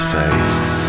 face